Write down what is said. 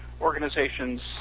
organizations